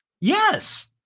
Yes